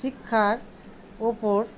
শিক্ষার ওপর